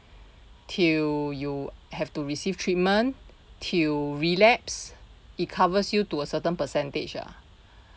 till you have to receive treatment till relapse it covers you to a certain percentage ah